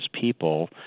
people